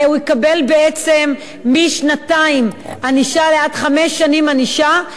בעצם משנתיים ענישה עד חמש שנים ענישה,